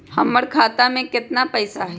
हमर खाता में केतना पैसा हई?